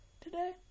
today